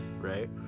right